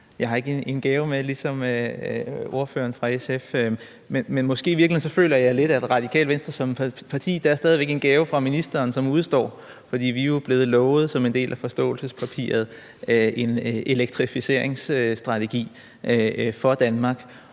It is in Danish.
Jeg har ikke en gave med, ligesom ordføreren fra SF, men i virkeligheden føler jeg måske lidt, at der for Radikale Venstre som parti stadig væk er en gave fra ministeren, som udestår, for vi er jo blevet lovet som en del af forståelsespapiret en elektrificeringsstrategi for Danmark.